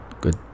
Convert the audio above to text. Good